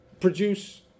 produce